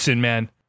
man